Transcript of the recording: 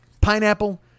pineapple